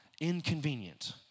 inconvenient